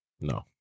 No